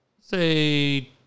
Say